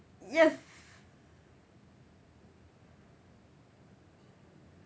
yes